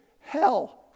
Hell